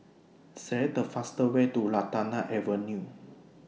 Select The fastest Way to Lantana Avenue